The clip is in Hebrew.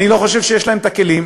אני לא חושב יש להם כלים,